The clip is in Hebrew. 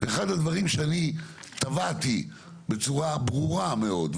אחד הדברים שאני תבעתי בצורה ברורה מאוד,